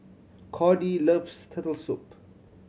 Cordie loves Turtle Soup